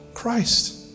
Christ